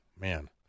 man